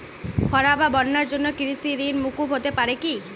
খরা বা বন্যার জন্য কৃষিঋণ মূকুপ হতে পারে কি?